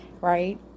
right